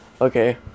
Okay